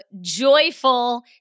joyful